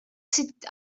sit